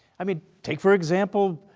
i mean take, for example,